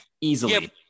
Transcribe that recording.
easily